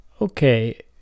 Okay